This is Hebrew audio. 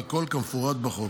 והכול כמפורט בחוק.